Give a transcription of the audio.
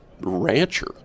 rancher